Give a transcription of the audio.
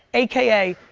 aka,